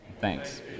Thanks